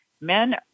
Men